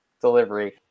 delivery